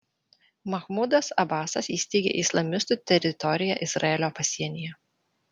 mahmudas abasas įsteigė islamistų teritoriją izraelio pasienyje